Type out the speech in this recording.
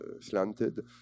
slanted